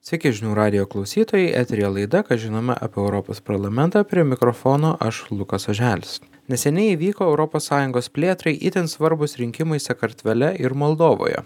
sveiki žinių radijo klausytojai eteryje laida ką žinome apie europos parlamentą prie mikrofono aš lukas oželis neseniai įvyko europos sąjungos plėtrai itin svarbūs rinkimai sakartvele ir moldovoje